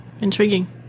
Intriguing